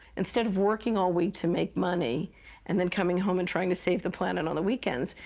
instead of working all week to make money and then coming home and trying to save the planet on the weekends,